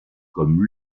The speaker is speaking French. comme